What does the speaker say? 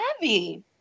heavy